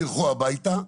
תלכו הביתה,